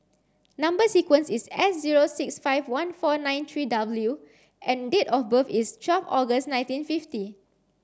number sequence is S zero six five one four nine three W and date of birth is twelve August nineteen fifty